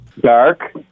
Dark